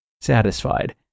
satisfied